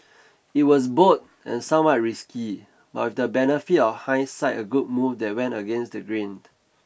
it was bold and somewhat risky but with the benefit of hindsight a good move that went against the grain